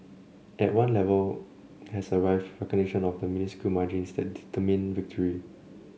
at one level has arrived recognition of the minuscule margins that determine victory